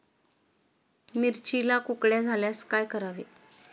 मिरचीला कुकड्या झाल्यास काय करावे?